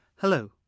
Hello